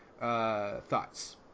thoughts